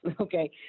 okay